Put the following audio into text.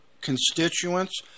constituents